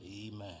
Amen